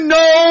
no